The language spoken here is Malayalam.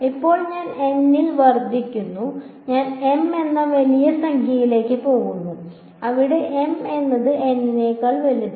ഇപ്പോൾ ഞാൻ N ൽ നിന്ന് വർദ്ധിക്കുന്നു ഞാൻ M എന്ന വലിയ സംഖ്യയിലേക്ക് പോകുന്നു അവിടെ M എന്നത് N നേക്കാൾ വലുതാണ്